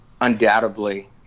undoubtedly